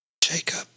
Jacob